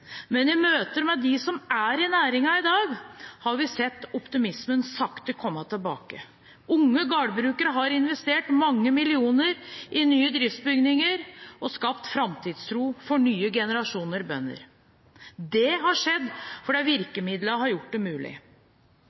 men i møter med dem som er i næringen i dag, har vi sett optimismen sakte komme tilbake. Unge gardbrukere har investert mange millioner i nye driftsbygninger og skapt framtidstro for nye generasjoner bønder. Det har skjedd fordi virkemidlene har gjort det mulig.